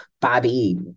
Bobby